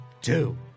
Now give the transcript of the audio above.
Two